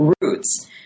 roots